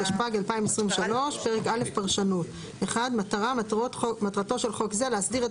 התשפ"ג-2023 מטרה 1. מטרתו של חוק זה להסדיר את